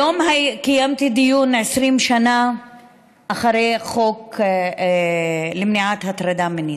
היום קיימתי דיון: 20 שנה לחוק למניעת הטרדה מינית.